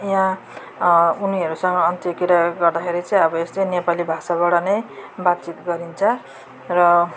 यहाँ उनीहरूसँग अन्तरक्रिया गर्दाखेरि चाहिँ अब यस्तै नेपाली भाषाबाट नै बातचित गरिन्छ र